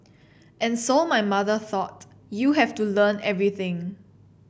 and so my mother thought You have to learn everything